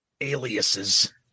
Aliases